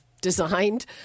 designed